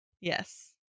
Yes